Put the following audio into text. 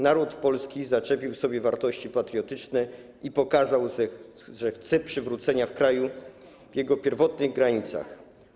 Naród polski zaszczepił w sobie wartości patriotyczne i pokazał, że chce przywrócenia kraju w jego pierwotnych granicach.